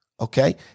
Okay